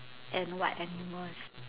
and what animal is